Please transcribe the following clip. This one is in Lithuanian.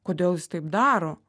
kodėl jis taip daro